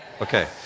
Okay